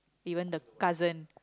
even the cousin